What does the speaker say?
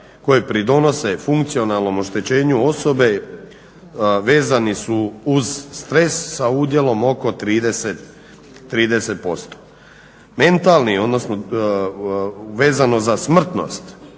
koji pridonose funkcionalnom oštećenju osobe vezani su uz stres sa udjelom oko 30%. Vezano za smrtnost,